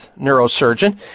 neurosurgeon